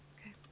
Okay